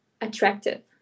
attractive